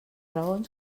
raons